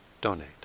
donate